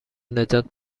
نجات